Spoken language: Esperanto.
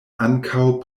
ankaŭ